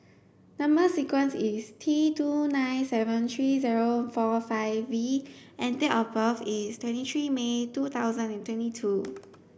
number sequence is T nine two seven three zero four five V and date of birth is twenty three May two thousand and twenty two